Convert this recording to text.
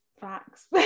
facts